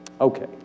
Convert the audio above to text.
Okay